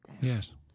Yes